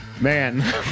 Man